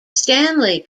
stanley